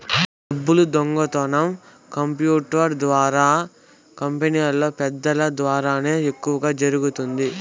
డబ్బులు దొంగతనం కంప్యూటర్ల ద్వారా కంపెనీలో పెద్దల ద్వారానే ఎక్కువ జరుగుతుంది